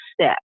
step